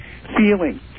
feeling